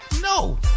No